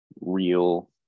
real